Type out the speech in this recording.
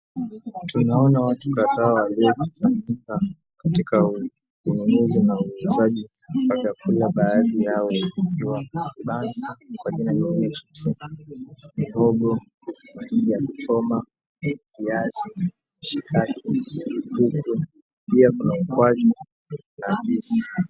Tunaona watu kadhaa waliokusanyika katika ununuzi na uuzaji wa chakula baadhi yao ikiwa, vibanzi kwa jina nyingine chips , mihogo ya kuchoma, viazi, mishikaki, kuku, pia kuna ukwaju na juice .